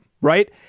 right